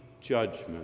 judgment